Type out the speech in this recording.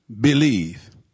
believe